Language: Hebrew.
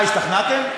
אה, השתכנעתם?